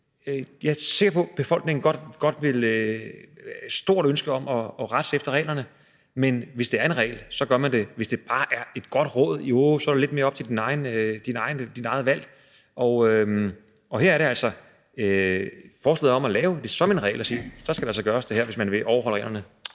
jeg er sikker på det – hos befolkningen om at rette sig efter reglerne, men hvis det er en regel, så gør man det. Hvis det bare er et godt råd, jo, så er det lidt mere op til dit eget valg. Og her er der altså forslaget om at lave det som en regel og sige, at det her skal gøres, hvis man vil overholde reglerne.